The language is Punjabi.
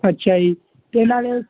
ਅੱਛਾ ਜੀ ਅਤੇ ਇਹਨਾਂ ਨੇ